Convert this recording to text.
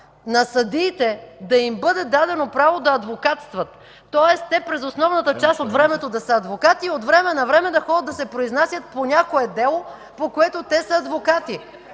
на съдиите да им бъде дадено право да адвокатстват, тоест през основната част от времето си да са адвокати, а от време на време да ходят и да се произнасят по някое дело, по което са адвокати.